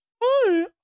hi